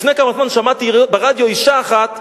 לפני כמה זמן שמעתי ברדיו אשה אחת שאומרת: